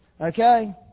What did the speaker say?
Okay